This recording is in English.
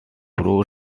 several